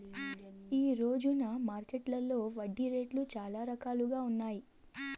ఈ రోజున మార్కెట్టులో వడ్డీ రేట్లు చాలా రకాలుగా ఉన్నాయి